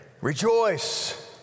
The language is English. Rejoice